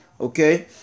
Okay